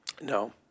No